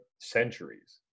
centuries